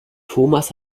thomas